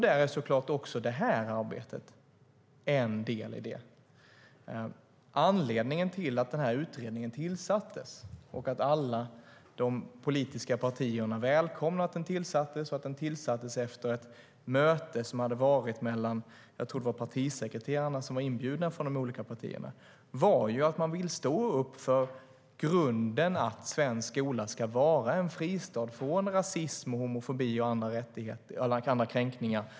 Där är såklart också det här arbetet en del. Alla de politiska partierna har välkomnat att utredningen tillsattes. Det skedde efter ett möte mellan de olika partierna - jag tror att det var partisekreterarna som var inbjudna. Anledningen till att utredningen tillsattes var att man vill stå upp för att svensk skola ska vara en fristad från rasism, homofobi och andra kränkningar.